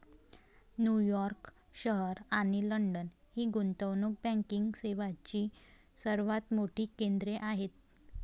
New York शहर आणि London ही गुंतवणूक बँकिंग सेवांची सर्वात मोठी केंद्रे आहेत